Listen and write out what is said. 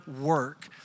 work